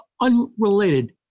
unrelated